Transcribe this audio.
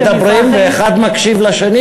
מדברים ואחד מקשיב לשני.